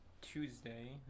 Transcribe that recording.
Tuesday